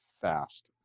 fast